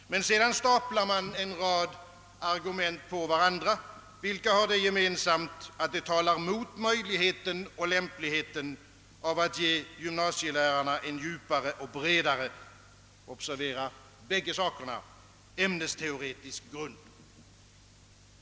Men sedan staplar man en rad argument på varandra, vilka har det gemensamt, att de talar mot möjligheten och lämpligheten av att ge gymnasielärarna en djupare och bredare — observera bägge delarna — ämnesteoretisk grund.